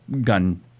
gun